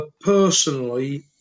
personally